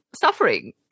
suffering